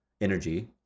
energy